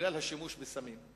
בגלל השימוש בסמים,